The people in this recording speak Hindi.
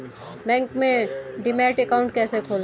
बैंक में डीमैट अकाउंट कैसे खोलें?